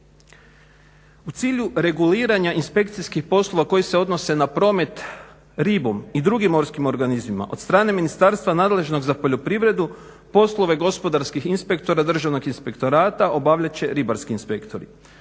U cilju reguliranja inspekcijskih poslova koji se odnose na promet ribom i morskim organizmima od strane ministarstva nadležnog za poljoprivredu, poslove gospodarskih inspektora Državnog inspektorata obavljat će ribarski inspektori.